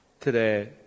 today